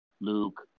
Luke